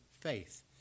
faith